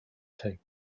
tape